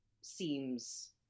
seems